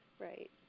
Right